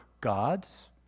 gods